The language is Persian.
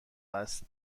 است